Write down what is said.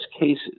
cases